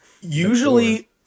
Usually